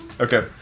Okay